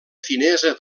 finesa